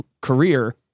career